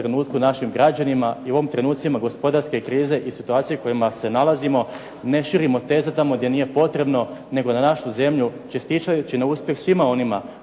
našim građanima i u ovim trenucima gospodarske krize i situacijama kojima se nalazimo ne širimo teze tamo gdje nije potrebno, nego da našu zemlju čestitajući na uspjeh svima onima